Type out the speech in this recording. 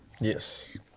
Yes